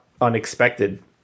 unexpected